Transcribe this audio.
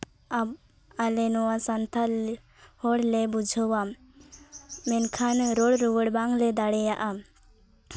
ᱟᱞᱮ ᱱᱚᱣᱟ ᱥᱟᱱᱛᱟᱲ ᱦᱚᱲᱞᱮ ᱵᱩᱡᱷᱟᱹᱣᱟ ᱢᱮᱱᱠᱷᱟᱱ ᱨᱚᱲ ᱨᱩᱣᱟᱹᱲ ᱵᱟᱝᱞᱮ ᱫᱟᱲᱮᱭᱟᱜᱼᱟ